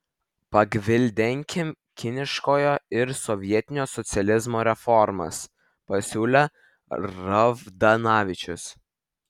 pagvildenkim kiniškojo ir sovietinio socializmo reformas pasiūlė ravdanavičius